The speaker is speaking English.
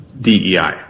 DEI